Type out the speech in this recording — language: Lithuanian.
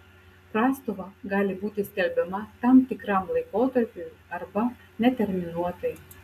prastova gali būti skelbiama tam tikram laikotarpiui arba neterminuotai